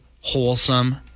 wholesome